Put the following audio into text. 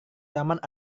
taman